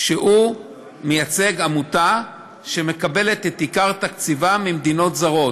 שהוא מייצג עמותה שמקבלת את עיקר תקציבה ממדינות זרות.